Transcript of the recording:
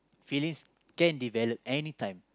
feelings can develop any time